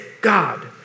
God